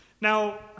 Now